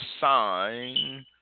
sign